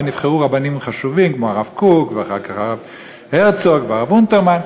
ונבחרו רבנים חשובים כמו הרב קוק ואחר כך הרב הרצוג והרב אונטרמן.